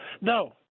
No